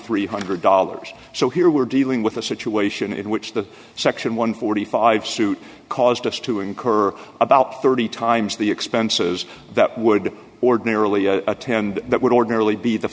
three hundred dollars so here we are dealing with a situation in which the section one hundred and forty five suit caused us to incur about thirty times the expenses that would ordinarily tend that would ordinarily be the